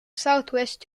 southwest